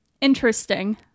Interesting